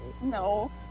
No